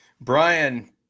Brian